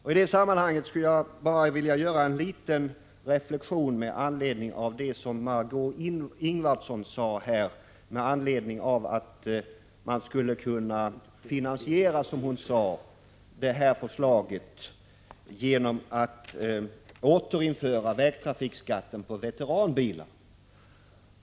I detta sammanhang skulle jag vilja göra en liten reflexion i anslutning till det som Margö Ingvardsson sade om att man skulle kunna finansiera, som hon sade, detta förslag genom att återinföra vägtrafikskatten på veteranbilar.